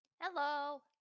Hello